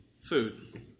food